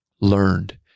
learned